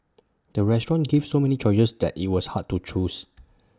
the restaurant gave so many choices that IT was hard to choose